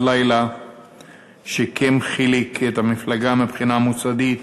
לילה שיקם חיליק את המפלגה מבחינה מוסדית,